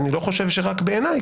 אני לא חושב שרק בעיניי,